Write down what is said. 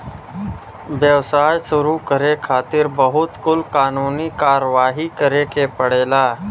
व्यवसाय शुरू करे खातिर बहुत कुल कानूनी कारवाही करे के पड़ेला